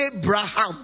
Abraham